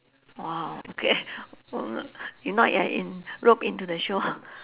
!wow! okay mm if not you are in roped into the show